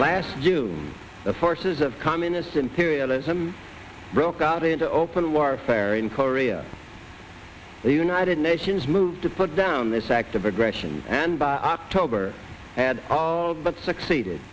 last june the forces of communist imperialism broke out into open warfare in korea the united nations moved to put down this act of aggression and by october had all but succeeded